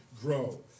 grow